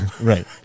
Right